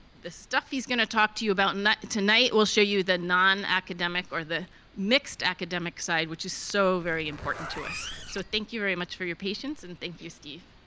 the stuff he's going to talk to you about and tonight will show you the non-academic or the mixed academic side, which is so very important to us. so thank you very much for your patience and thank you, steve.